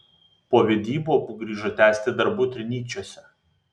po vedybų abu grįžo tęsti darbų trinyčiuose